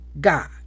God